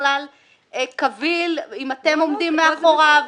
בכלל קביל ואם אתם עומדים מאחוריו.